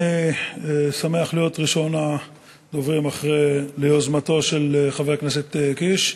אני שמח להיות ראשון הדוברים ביוזמתו של חבר הכנסת קיש.